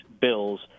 Bills